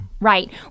Right